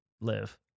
live